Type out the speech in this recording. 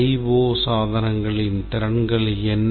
IO சாதனங்களின் திறன்கள் என்ன